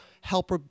help